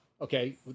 okay